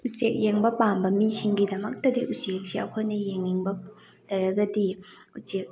ꯎꯆꯦꯛ ꯌꯦꯡꯕ ꯄꯥꯝꯕ ꯃꯤꯁꯤꯡꯒꯤꯗꯃꯛꯇꯗꯤ ꯎꯆꯦꯛꯁꯤ ꯑꯩꯈꯣꯏꯅ ꯌꯦꯡꯅꯤꯡꯕ ꯂꯩꯔꯒꯗꯤ ꯎꯆꯦꯛ